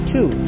Two